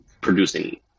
producing